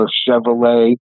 Chevrolet